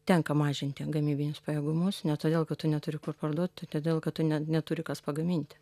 tenka mažinti gamybinius pajėgumus ne todėl kad tu neturi kur parduot o todėl kad tu net neturi kas pagamint